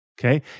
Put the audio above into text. Okay